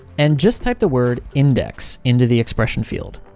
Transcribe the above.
and just type the word index into the expression field.